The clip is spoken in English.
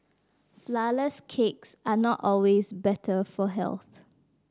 flourless cakes are not always better for health